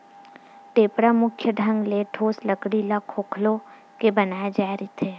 टेपरा मुख्य ढंग ले ठोस लकड़ी ल खोखोल के बनाय जाय रहिथे